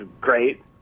great